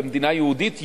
במדינה יהודית,